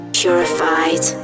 purified